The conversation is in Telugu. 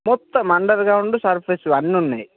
మొత్తం అండర్ గ్రౌండ్ సర్ఫేస్ అన్నున్నాయి